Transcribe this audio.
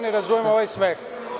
Ne razumem ovaj smeh.